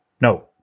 No